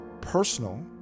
personal